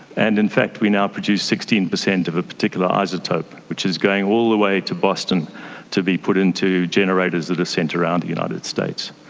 and in fact we now produce sixteen percent of a particular isotope which is going all the way to boston to be put into generators that are sent around the united states.